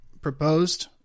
proposed